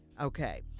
okay